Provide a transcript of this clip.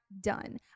done